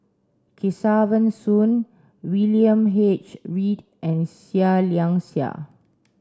Kesavan Soon William H Read and Seah Liang Seah